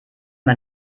man